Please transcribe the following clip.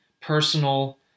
personal